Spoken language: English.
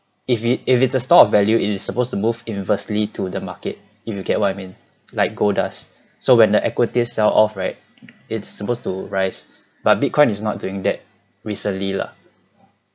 if it if it's a store of value it supposed to move inversely to the market if you get what I mean like gold does so when the equity sell off right it's supposed to rise but bitcoin is not doing that recently lah